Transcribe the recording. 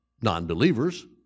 non-believers